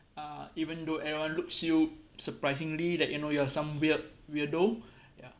uh even though everyone looks you surprisingly that you know you are some weird weirdo ya